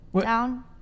down